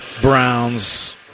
Browns